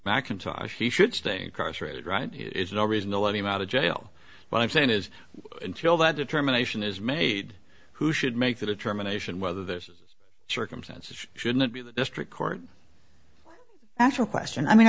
mcintosh he should stay in car straight right it's no reason to let him out of jail what i'm saying is until that determination is made who should make the determination whether this is circumstances shouldn't be the district court after question i mean